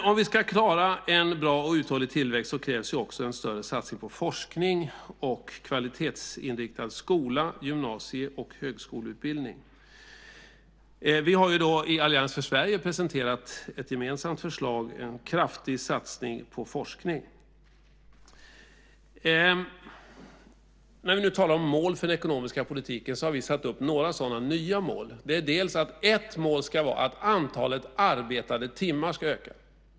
Om vi ska klara en bra och uthållig tillväxt krävs också en större satsning på forskning och kvalitetsinriktad skol-, gymnasie och högskoleutbildning. Vi har i Allians för Sverige presenterat ett gemensamt förslag, en kraftig satsning på forskning. Vi har satt några nya mål för den ekonomiska politiken. Ett mål ska vara att antalet arbetade timmar ska öka.